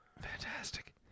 Fantastic